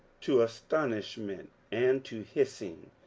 to astonishment, and to hissing,